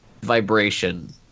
vibration